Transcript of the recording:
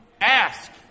ask